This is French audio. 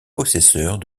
possesseurs